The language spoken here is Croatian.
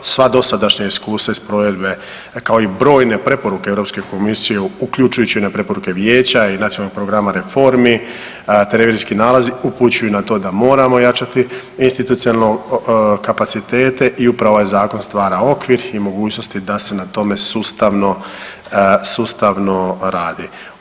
Sva dosadašnja iskustva iz provedbe kao i brojne preporuke Europske komisije uključujući … [[ne razumije se]] preporuke Vijeća i Nacionalnog programa reformi … [[ne razumije se]] nalazi upućuju na to da moramo ojačati institucionalne kapacitete i upravo ovaj zakon stvara okvir i mogućnosti da se na tome sustavno radi.